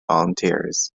volunteers